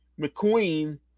McQueen